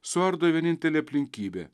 suardo vienintelė aplinkybė